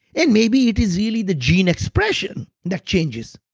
and maybe it is really the gene expression that changes.